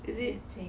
is it